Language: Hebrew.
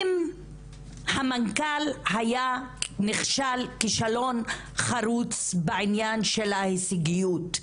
אם המנכ"ל היה נכשל כישלון חרוץ בעניין של ההישגיות,